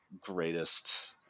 greatest